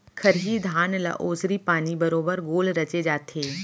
खरही धान ल ओसरी पानी बरोबर गोल रचे जाथे